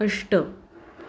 अष्ट